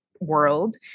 world